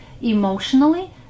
emotionally